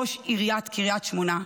ראש עיריית קריית שמונה,